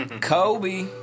Kobe